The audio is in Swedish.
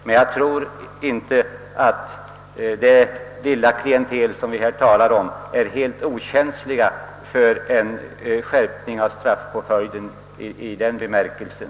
Men jag tror inte att det lilla klientel vi här talar om är helt okänsligt för en skärpning av straffpåföljden i den aktuella bemärkelsen.